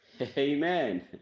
Amen